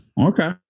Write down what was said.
okay